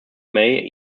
may